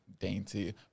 dainty